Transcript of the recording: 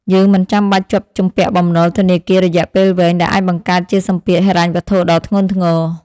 យើងមិនចាំបាច់ជាប់ជំពាក់បំណុលធនាគាររយៈពេលវែង ដែលអាចបង្កើតជាសម្ពាធហិរញ្ញវត្ថុដ៏ធ្ងន់ធ្ងរ។